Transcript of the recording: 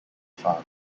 far